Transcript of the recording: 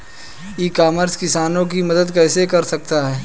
ई commerce किसानों की मदद कैसे कर सकता है?